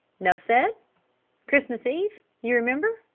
nuff said christmas eve, you remember?